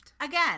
Again